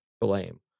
blame